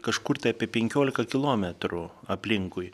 kažkur tai apie penkiolika kilometrų aplinkui